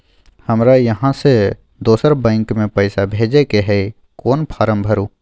हमरा इहाँ से दोसर बैंक में पैसा भेजय के है, कोन फारम भरू?